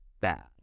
bad